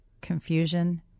confusion